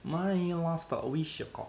my last wish